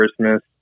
christmas